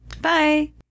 Bye